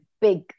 big